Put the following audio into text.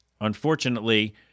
unfortunately